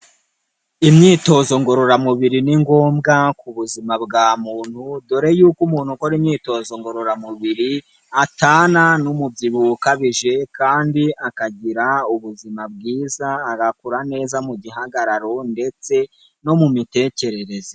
Imyitozo ngororamubiri ni ngombwa ku buzima bwa muntu. Dore yuko umuntu ukora imyitozo ngororamubiri atana n'umubyibuho ukabije kandi akagira ubuzima bwiza, agakura neza mu gihagararo ndetse no mu mitekerereze.